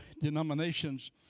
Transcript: denominations